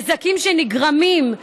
הנזקים שנגרמים,